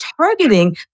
targeting